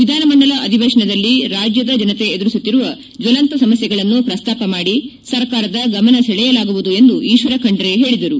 ವಿಧಾನಮಂಡಲ ಅಧಿವೇಶನದಲ್ಲಿ ರಾಜ್ಯದ ಜನತೆ ಎದುರಿಸುತ್ತಿರುವ ಜ್ವಲಂತ ಸಮಸ್ತೆಗಳನ್ನು ಪ್ರಸ್ತಾಪ ಮಾಡಿ ಸರ್ಕಾರದ ಗಮನ ಸೆಳೆಯಲಾಗುವುದು ಎಂದು ಈಶ್ವರ ಖಂಡ್ರೆ ಹೇಳಿದರು